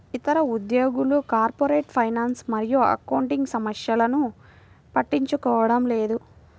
ఇతర ఉద్యోగులు corporate finance మరియు అకౌంటింగ్ సమస్యలను పట్టించుకోవడం లేదు